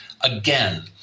again